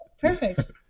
perfect